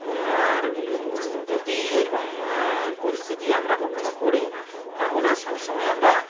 আর যদি এইরকম পরিস্থিতি আমরা কখনও পড়ি তাহলে সব সমময় আমরা